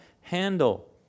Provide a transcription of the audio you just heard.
handle